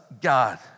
God